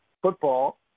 football